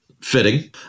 Fitting